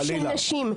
חלילה.